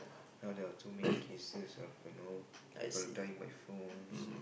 now there are too many cases of you know people dying by phones